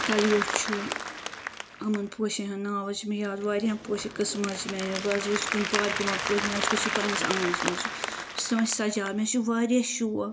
کَلہٕ وِیوٚٹھ چھُ یِمَن پوشَن ہُند ناو حظ چھُ مےٚ یاد واریاہ پوشہِ قٕسم حظ چھِ مےٚ أنۍ مٕتۍ بہٕ حظ وٕچھٕ کُنہِ پارکہِ ما پوش مےٚ حظ گوٚژھ یہِ پَننِس آنگنَس منٛز آسُن بہٕ چھس شجاو مےٚ چھُ واریاہ شوق